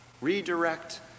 redirect